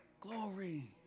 glory